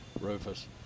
rufus